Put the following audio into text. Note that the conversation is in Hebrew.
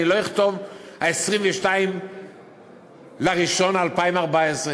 אני לא אכתוב 22 לראשון 2014,